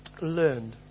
learned